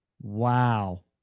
Wow